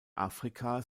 afrika